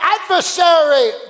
adversary